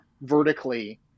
vertically